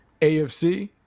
AFC